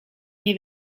nie